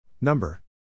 number